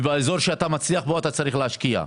ובמקום שאתה מצליח אתה צריך להשקיע.